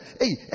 hey